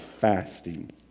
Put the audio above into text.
fasting